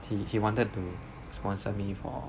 he he wanted to sponsor me for